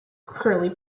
curly